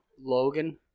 Logan